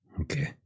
Okay